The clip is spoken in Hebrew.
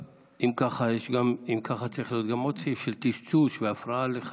אם ככה, צריך להיות עוד סעיף, של טשטוש והפרעה.